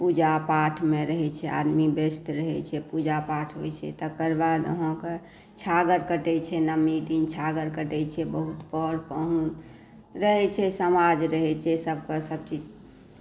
पूजा पाठमे आदमी रहै छै व्यस्त रहै छै पूजा पाठ होइ छै तकर बाद अहाँकेॅं छागर कटै छै नओमी दिन छागर कटै छै बहुत पर पाहुन रहै छै समाज रहै छै सभ पर सभ चीज